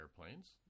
airplanes